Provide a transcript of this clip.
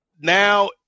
now